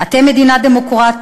אתם מדינה דמוקרטית,